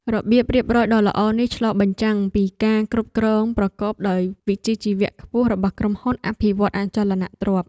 របៀបរៀបរយដ៏ល្អនេះឆ្លុះបញ្ចាំងពីការគ្រប់គ្រងប្រកបដោយវិជ្ជាជីវៈខ្ពស់របស់ក្រុមហ៊ុនអភិវឌ្ឍន៍អចលនទ្រព្យ។